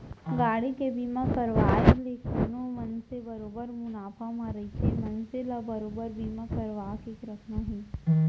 गाड़ी के बीमा करवाय ले कोनो मनसे बरोबर मुनाफा म रहिथे मनसे ल बरोबर बीमा करवाके रखना चाही